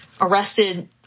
arrested